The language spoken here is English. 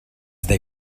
they